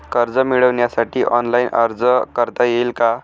कर्ज मिळविण्यासाठी ऑनलाइन अर्ज करता येईल का?